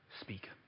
speak